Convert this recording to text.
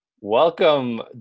Welcome